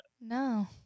No